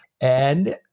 And-